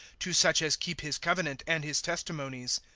to such as keep his covenant and his testimonies.